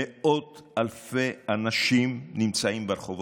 מאות אלפי אנשים נמצאים ברחובות.